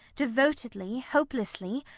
devotedly, hopelessly.